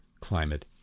Climate